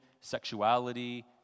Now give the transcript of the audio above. sexuality